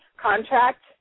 contract